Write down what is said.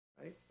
Right